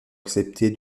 acceptée